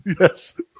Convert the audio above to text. Yes